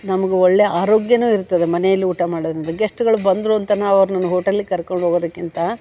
ನಮಗ್ ಒಳ್ಳೆಯ ಆರೋಗ್ಯವೂ ಇರ್ತದೆ ಮನೆಯಲ್ಲಿ ಊಟ ಮಾಡೋದ್ರಿಂದ ಗೆಸ್ಟ್ಗಳು ಬಂದರು ಅಂತ ನಾವು ಅವ್ರನ್ನ ಹೋಟೆಲಿಗೆ ಕರ್ಕೊಂಡು ಹೋಗೋದಕ್ಕಿಂತ